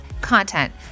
content